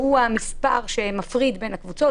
שהוא המספר שמפריד בין הקבוצות.